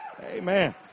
Amen